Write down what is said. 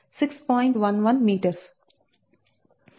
11m